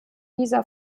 dieser